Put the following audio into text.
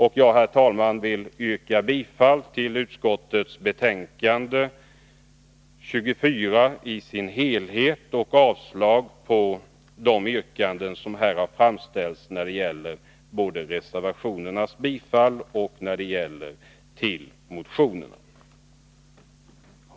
Jag yrkar, herr talman, bifall till utskottets hemställan i betänkande 24 i dess helhet och avslag på reservationerna och de motioner som det här har yrkats bifall till.